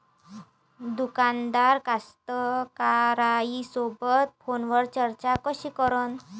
दुकानदार कास्तकाराइसोबत फोनवर चर्चा कशी करन?